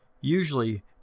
usually